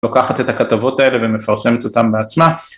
לוקחת את הכתבות האלה ומפרסמת אותן בעצמה